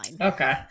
Okay